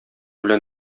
белән